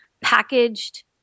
packaged